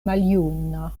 maljuna